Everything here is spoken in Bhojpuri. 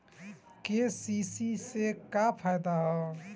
के.सी.सी से का फायदा ह?